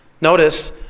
Notice